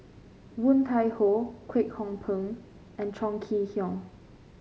Woon Tai Ho Kwek Hong Png and Chong Kee Hiong